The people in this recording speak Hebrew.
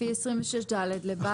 לפי 26ד, לבעל קרקע.